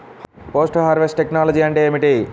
Post harvest technology అంటే ఏమిటి?